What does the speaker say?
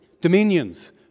dominions